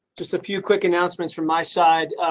just a few quick announcements from my side.